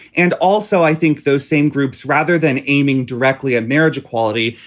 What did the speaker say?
and also, i think those same groups, rather than aiming directly at marriage equality,